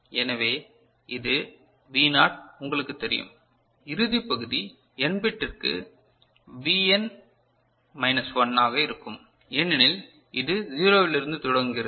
எனவே இது V naught உங்களுக்குத் தெரியும் இறுதிப் பகுதி n பிட்டிற்கு Vn மைனஸ் 1 ஆக இருக்கும் ஏனெனில் இது 0 வில் தொடங்குகிறது